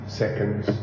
seconds